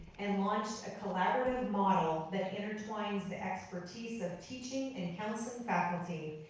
and launched a collaborative model that intertwines the expertise of teaching and counseling faculty,